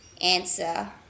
answer